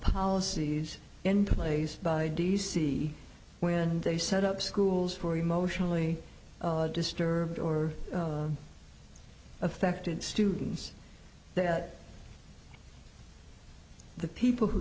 policies in place by d c when they set up schools for emotionally disturbed or affected students that the people who